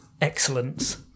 excellence